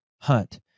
Hunt